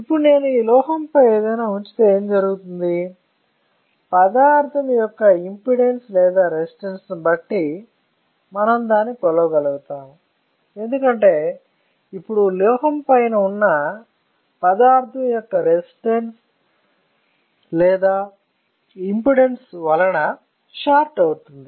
ఇప్పుడు నేను ఈ లోహంపై ఏదైనా ఉంచితే ఏమి జరుగుతుందో పదార్థం యొక్క ఇంపెడెన్స్ లేదా రెసిస్టన్స్ ను బట్టి మనం దానిని కొలవగలుగుతాము ఎందుకంటే ఇప్పుడు ఈ లోహం పైన ఉన్న పదార్థం యొక్క రెసిస్టన్స్ లేదా ఇంపెడెన్స్ వలన షార్ట్ అవుతుంది